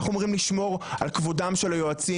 אנחנו אמורים לשמור על כבודם של היועצים,